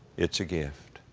it's a gift.